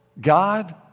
God